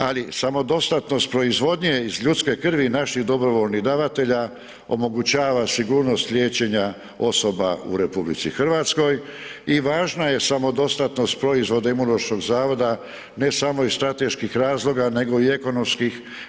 Ali samodostatnost proizvodnje iz ljudske krvi naših dobrovoljnih davatelja omogućava sigurnost liječenja osoba u RH i važna je samodostatnost proizvoda Imunološkog zavoda ne samo iz strateških razloga nego i ekonomskih.